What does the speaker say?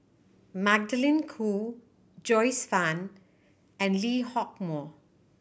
Magdalene Khoo Joyce Fan and Lee Hock Moh